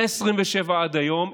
127 עד היום,